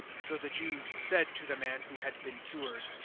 so the jews said to the man who had been cured,